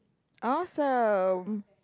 awesome